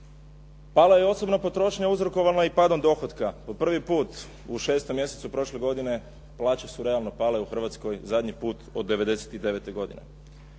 Pala je i osobna potrošnja uzrokovana i padom dohotka. Po prvi put u 6. mjesecu prošle godine plaće su realno pale u Hrvatskoj zadnji put od '99. godine.